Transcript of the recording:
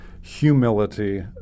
humility